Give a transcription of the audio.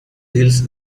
deals